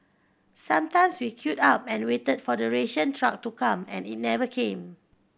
sometimes we queued up and waited for the ration truck to come and it never came